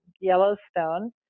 Yellowstone